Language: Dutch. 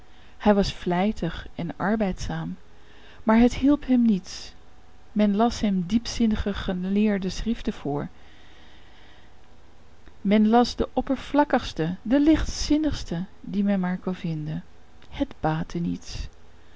hij was vlijtig en arbeidzaam maar het hielp hem niets men las hem diepzinnige geleerde geschriften voor men las de oppervlakkigste de lichtzinnigste die men maar vinden kon het baatte niets